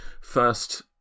first